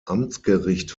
amtsgericht